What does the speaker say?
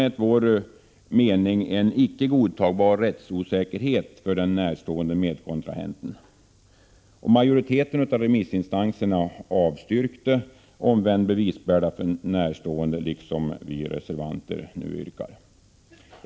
Enligt vår mening uppstår det en icke godtagbar rättsosäkerhet för den närstående medkontrahenten. Majoriteten av remissinstanserna avstyrker liksom vi reservanter förslaget om omvänd bevisbörda för närstående.